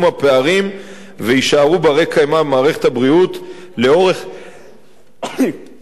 ויישארו בני-קיימא במערכת הבריאות לאורך לבריאות.